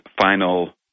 final